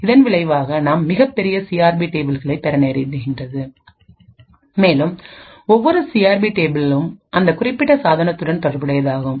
இதன் விளைவாக நாம் மிகப் பெரிய சிஆர்பி டேபிள்களை பெற நேரிடுகின்றது மேலும் ஒவ்வொரு சிஆர்பி டேபிளும் அந்த குறிப்பிட்ட சாதனத்துடன் தொடர்புடையதாகும்